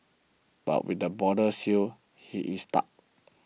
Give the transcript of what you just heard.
but with the borders sealed he is stuck